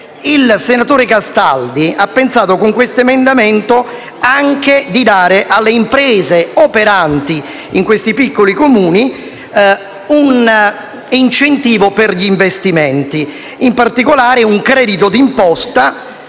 il senatore Castaldi ha pensato con questo emendamento anche di dare alle imprese operanti in questi piccoli Comuni un incentivo per gli investimenti: in particolare, un credito d'imposta